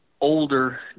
older